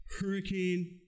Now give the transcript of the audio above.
hurricane